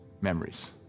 memories